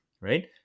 right